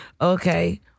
Okay